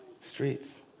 streets